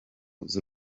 z’u